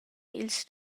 ils